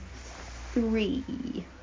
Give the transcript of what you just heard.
three